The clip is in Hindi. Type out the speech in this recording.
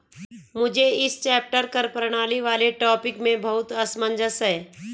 मुझे इस चैप्टर कर प्रणाली वाले टॉपिक में बहुत असमंजस है